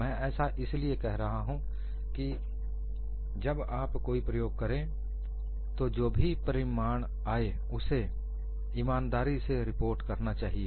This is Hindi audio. मैं ऐसा इसलिए कह रहा हूं कि जब आप कोई प्रयोग करें तो जो भी परिमाण आए उसे ईमानदारी से रिपोर्ट करना चाहिए